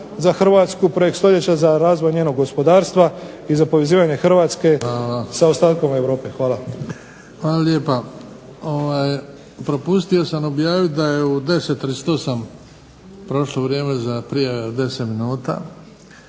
(HDZ)** hvala lijepa. Propustio sam objaviti da je u 10 i 38 prošlo vrijeme za prijave od 10 minuta.